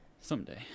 Someday